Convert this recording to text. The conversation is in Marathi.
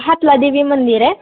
हातलादेवी मंदिर आहे